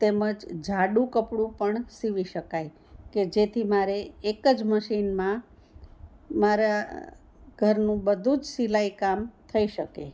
તેમજ જાડું કપડું પણ સીવી શકાય કે જેથી મારે એક જ મશીનમાં મારા ઘરનું બધું જ સિલાઈ કામ થઈ શકે